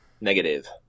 Negative